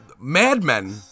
Madmen